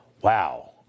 Wow